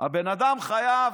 הבן אדם חייב,